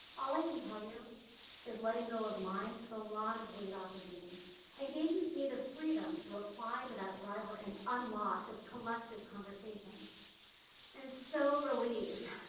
all i can tell you is letting go of mine took a lot of weight off of me and gave and me the freedom to reply to that driver and unlock this collective i am so relieved,